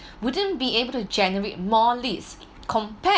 wouldn't be able to generate more leads compared